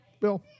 Bill